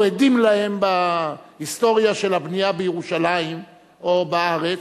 עדים להן בהיסטוריה של הבנייה בירושלים או בארץ,